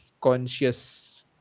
conscious